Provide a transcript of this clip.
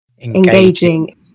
engaging